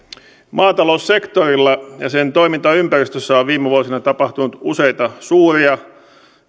maataloussektorilla ja sen toimintaympäristössä on viime vuosina tapahtunut useita suuria